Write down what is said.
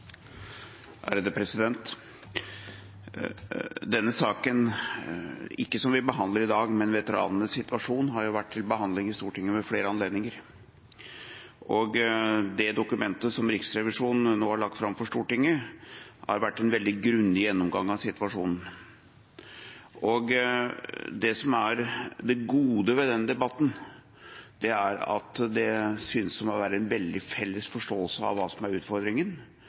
er vurdert. Denne saken – ikke saken vi behandler i dag, men veteranenes situasjon – har vært til behandling i Stortinget ved flere anledninger. Det dokumentet som Riksrevisjonen nå har lagt fram for Stortinget, har vært en veldig grundig gjennomgang av situasjonen. Det gode ved denne debatten er at det ser ut til å være en felles forståelse av hva som er